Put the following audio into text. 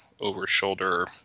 over-shoulder